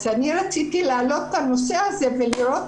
אני רציתי להעלות את הנושא הזה ולראות